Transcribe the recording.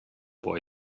boy